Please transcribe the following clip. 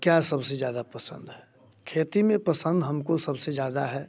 क्या सब से ज़्यादा पसंद है खेती में पसंद हम को सब से ज़्यादा है